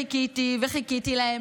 חיכיתי וחיכיתי להם,